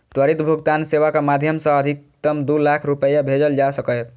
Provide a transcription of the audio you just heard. त्वरित भुगतान सेवाक माध्यम सं अधिकतम दू लाख रुपैया भेजल जा सकैए